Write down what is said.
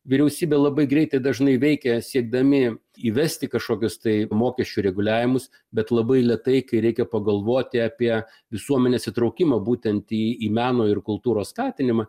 vyriausybė labai greitai dažnai veikia siekdami įvesti kažkokius tai mokesčių reguliavimus bet labai lėtai kai reikia pagalvoti apie visuomenės įtraukimą būtent į į meno ir kultūros skatinimą